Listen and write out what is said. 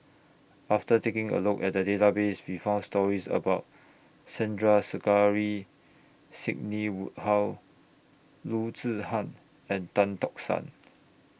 after taking A Look At The Database We found stories about Sandrasegaran Sidney Woodhull Loo Zihan and Tan Tock San